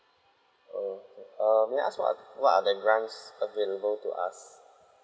oh err may I ask what are what are the grants available to us